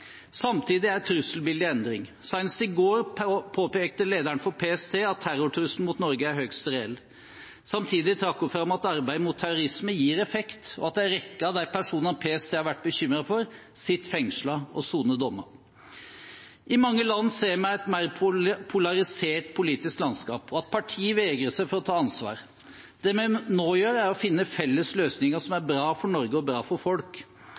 Samtidig er trusselbildet i endring. Senest i går påpekte lederen for PST at terrortrusselen mot Norge er høyst reell. Samtidig trakk hun fram at arbeidet mot terrorisme gir effekt, og at en rekke av de personene PST har vært bekymret for, sitter fengslet og soner dommer. I mange land ser vi et mer polarisert politisk landskap og at partier vegrer seg for å ta ansvar. Det vi nå gjør, er å finne felles løsninger som er bra for Norge og bra for folk.